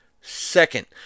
Second